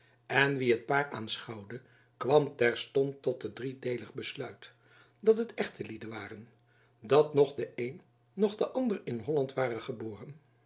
en wie het paar aanschouwde kwam terstond tot het drieledig besluit dat het echte lieden waren dat noch de een noch de ander in holland waren geboren